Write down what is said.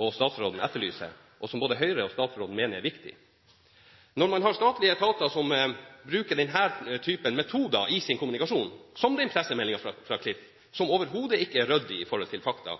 og statsråden etterlyser, og som både Høyre og statsråden mener er viktig. Når man har statlige etater som bruker denne typen metoder i sin kommunikasjon – som pressemeldingen fra Klif, som overhodet ikke er ryddig når det gjelder fakta